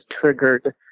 triggered